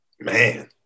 Man